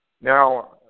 Now